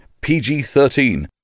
PG-13